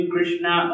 Krishna